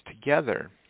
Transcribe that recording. together